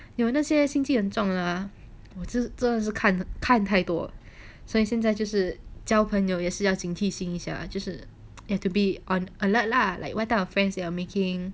有那些心机很重的啦我这真的是看看太多所以现在就是交朋友也是要警惕一下就是 have to be err alert lah like what type of friends you are making